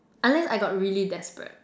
unless I got really desperate